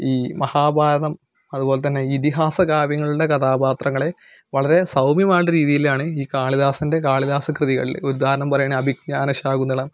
ഈ മഹാഭാരതം അതുപോലെ തന്നെ ഇതിഹാസകാവ്യങ്ങളുടെ കഥാപാത്രങ്ങളെ വളരെ സൗമ്യമായുള്ള രീതീയിലാണ് ഈ കാളിദാസൻ്റെ കാളിദാസ കൃതികളില് ഒരുദാഹരണം പറയുകയാണേൽ അഭിജ്ഞാനശാകുന്തളം